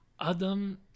Adam